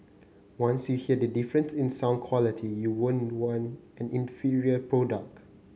once you hear the difference in sound quality you won't want an inferior product